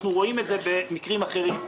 אנחנו רואים את זה במקרים אחרים.